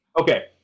Okay